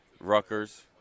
Rutgers